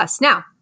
Now